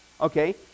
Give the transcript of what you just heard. okay